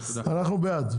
אנחנו בעד,